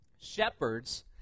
Shepherds